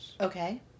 Okay